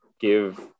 give